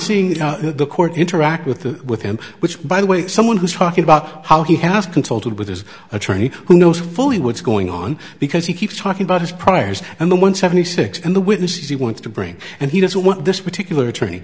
seeing the court interact with the with him which by the way someone who's talking about how he has consulted with his attorney who knows fully what's going on because he keeps talking about his priors and the one seventy six and the witnesses he wants to bring and he doesn't want this particular attorney